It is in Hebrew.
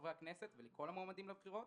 לחברי הכנסת ולכל המועמדים לבחירות: